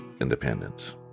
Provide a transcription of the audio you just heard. independence